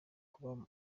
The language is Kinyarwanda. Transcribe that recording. kuba